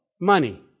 Money